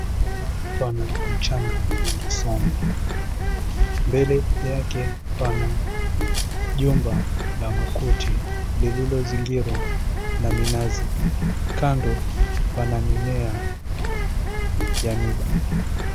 Hapa pana mchanga mwingi sana. Mbele yake pana jumba la makuti, lililozingirwa na minazi. Kando pana mimea ya miiba.